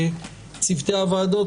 צוותי הוועדות,